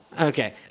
Okay